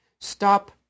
Stop